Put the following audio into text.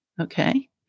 Okay